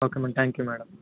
okay madam thank you madam